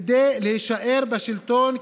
כדי להישאר בשלטון,